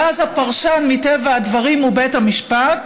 ואז הפרשן, מטבע הדברים, הוא בית המשפט,